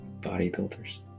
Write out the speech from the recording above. bodybuilders